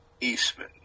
Eastman